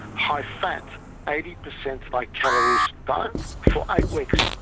high fat eighty percent by calories, diet for eight weeks,